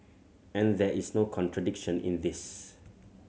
and there is no contradiction in this